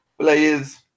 players